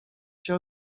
się